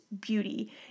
beauty